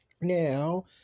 now